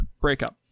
breakup